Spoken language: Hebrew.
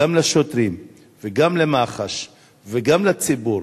גם לשוטרים, וגם למח"ש, וגם לציבור,